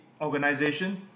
Organization